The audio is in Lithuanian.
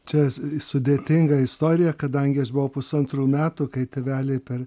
čia sudėtinga istorija kadangi aš buvau pusantrų metų kai tėveliai per